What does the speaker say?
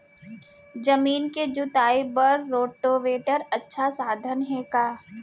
जमीन के जुताई बर रोटोवेटर अच्छा साधन हे का?